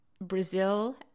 Brazil